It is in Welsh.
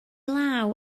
law